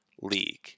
league